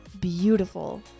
beautiful